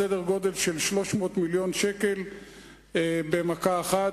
סדר-גודל של 300 מיליון שקל במכה אחת,